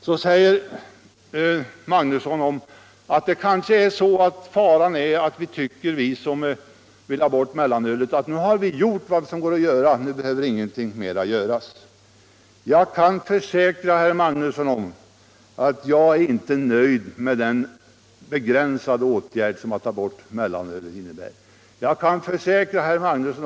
Herr Magnusson i Borås sade att det är fara för att vi, som vill ha bort mellanölet, tycker att vi har gjort vad som går att göra och att nu ingenting mer behöver göras. Men jag kan försäkra herr Magnusson att jag inte är nöjd med den begränsade åtgärd som ett borttagande av mellanölet innebär.